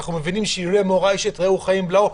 אנחנו מבינים שאילולא מורא איש את רעהו חיים בלעו.